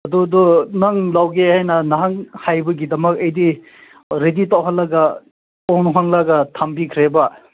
ꯑꯗꯨꯗꯣ ꯅꯪ ꯂꯧꯒꯦ ꯍꯥꯏꯅ ꯅꯍꯥꯟ ꯍꯥꯏꯕꯒꯤꯗꯃꯛ ꯑꯩꯗꯤ ꯔꯦꯗꯤ ꯇꯧꯍꯜꯂꯒ ꯇꯣꯡꯍꯟꯂꯒ ꯊꯝꯕꯤꯈ꯭ꯔꯦꯕ